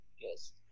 Yes